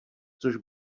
což